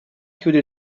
chiude